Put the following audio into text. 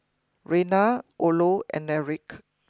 Rena Orlo and Erik